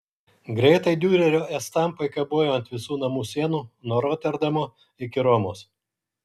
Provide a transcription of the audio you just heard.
greitai diurerio estampai kabojo ant visų namų sienų nuo roterdamo iki romos